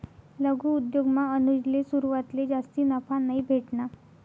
लघु उद्योगमा अनुजले सुरवातले जास्ती नफा नयी भेटना